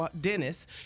Dennis